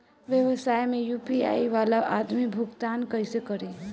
व्यवसाय में यू.पी.आई वाला आदमी भुगतान कइसे करीं?